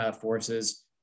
forces